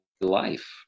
life